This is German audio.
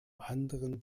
anderen